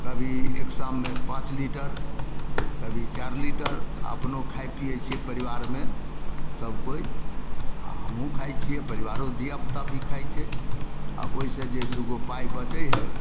कभी एक शाममे पाँच लीटर कभी चारि लीटर आ अपनो खाइ पियै छियै परिवारमे सबकोइ आ हमहुँ खाइ छियै परिवारो धिया पुता भी खाइ छै आ ओहिसँ जे दुगो पाइ बचै है